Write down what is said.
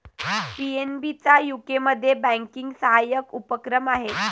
PNB चा यूकेमध्ये banking सहाय्यक उपक्रम आहे